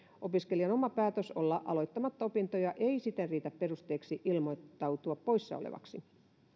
opiskelijan oma päätös olla aloittamatta opintoja ei siten riitä perusteeksi ilmoittautua poissa olevaksi